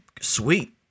sweet